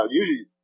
usually